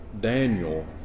Daniel